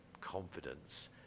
confidence